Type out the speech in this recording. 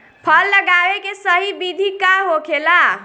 फल लगावे के सही विधि का होखेला?